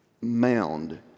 mound